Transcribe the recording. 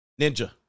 Ninja